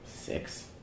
six